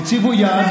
חצוף.